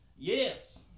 Yes